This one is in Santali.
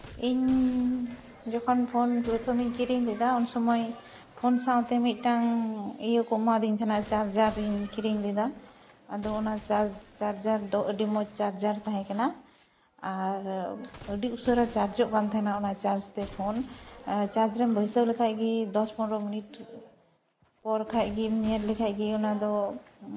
ᱤᱧ ᱡᱚᱠᱷᱚᱱ ᱯᱷᱳᱱ ᱯᱨᱚᱛᱷᱚᱢᱤᱧ ᱠᱤᱨᱤᱧ ᱞᱮᱫᱟ ᱩᱱ ᱥᱚᱢᱚᱭ ᱯᱷᱳᱱ ᱥᱟᱶᱛᱮ ᱢᱤᱫᱴᱟᱝ ᱤᱭᱟᱹ ᱠᱚ ᱮᱢᱟᱫᱤᱧ ᱛᱟᱦᱮᱱᱟ ᱪᱟᱨᱡᱟᱨ ᱤᱧ ᱠᱤᱨᱤᱧ ᱞᱮᱫᱟ ᱟᱫᱚ ᱚᱱᱟ ᱪᱟᱨᱡᱟᱨ ᱫᱚ ᱟᱹᱰᱤ ᱢᱚᱡᱽ ᱪᱟᱨᱡᱟᱨ ᱛᱟᱦᱮᱸ ᱠᱟᱱᱟ ᱟᱨ ᱟᱹᱰᱤ ᱩᱥᱟᱹᱨᱟ ᱪᱟᱨᱡᱚᱜ ᱠᱟᱱ ᱛᱟᱦᱮᱱᱟ ᱚᱱᱟ ᱪᱟᱨᱡᱽ ᱛᱮ ᱯᱷᱳᱱ ᱪᱟᱨᱡᱽ ᱨᱮᱢ ᱵᱟᱹᱭᱥᱟᱹᱣ ᱞᱮᱠᱷᱟᱡ ᱜᱮ ᱫᱚᱥ ᱯᱚᱱᱨᱳ ᱢᱤᱱᱤᱴ ᱯᱚᱨ ᱠᱷᱟᱱᱜᱮ ᱧᱮᱞ ᱠᱷᱟᱡ ᱜᱮ ᱚᱱᱟᱫᱚ